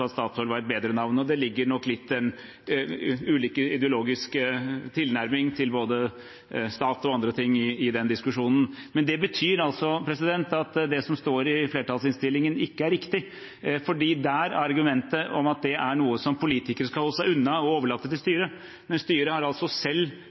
Statoil er et bedre navn. Det ligger nok litt ulik ideologisk tilnærming til både stat og andre ting i den diskusjonen. Men det betyr at det som står i flertallsinnstillingen ikke er riktig. Der er argumentet at dette er noe som politikere skal holde seg unna og overlate til